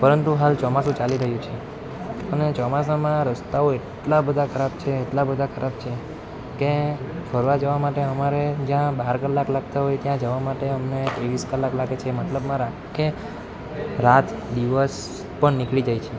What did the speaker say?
પરંતુ હાલ ચોમાસું ચાલી રહ્યું છે અને ચોમાસાંમાં રસ્તાઓ એટલા બધાં ખરાબ છે એટલા બધાં ખરાબ છે કે ફરવા જવા માટે અમારે જ્યાં બાર કલાક લાગતા હોય ત્યાં જવા માટે અમને ત્રેવીસ કલાક લાગે છે મતલબમાં આખો રાત દિવસ પણ નીકળી જાય દિવસ છે